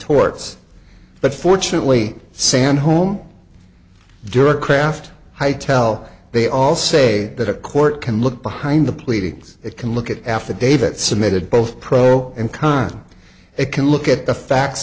torts but fortunately san home dirk kraft i tell they all say that a court can look behind the pleadings it can look at affidavit submitted both pro and con they can look at the facts